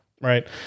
Right